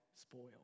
spoiled